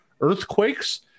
earthquakes